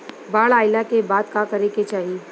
बाढ़ आइला के बाद का करे के चाही?